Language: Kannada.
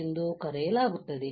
ಎಂದೂ ಕರೆಯಲಾಗುತ್ತದೆ